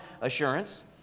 assurance